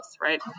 right